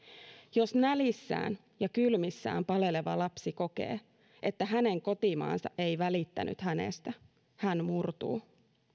jos nälissään ja kylmissään paleleva lapsi kokee että hänen kotimaansa ei välittänyt hänestä hän murtuu